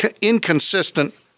inconsistent